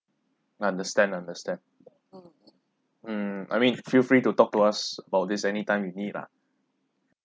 understand understand mm I mean feel free to talk to us about this anytime you need lah